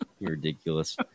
ridiculous